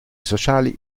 sociali